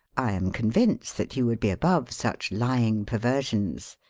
i am convinced that you would be above such ly ing perversions.